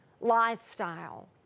lifestyle